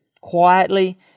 quietly